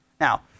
Now